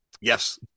yes